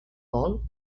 bol